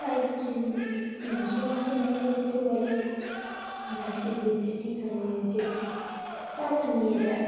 তাই হচ্ছে মাসে মাসে নিয়ে যেতে বলে ভ্যাকসিন দিতে টিকা নিয়ে যেতে তা আমরা নিয়ে যাই